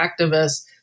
activists